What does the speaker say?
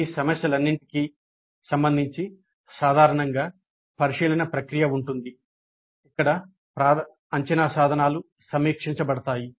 ఈ సమస్యలన్నింటికీ సంబంధించి సాధారణంగా పరిశీలన ప్రక్రియ ఉంటుంది ఇక్కడ అంచనా సాధనాలు సమీక్షించబడతాయి